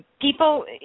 people